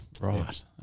Right